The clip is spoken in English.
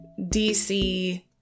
DC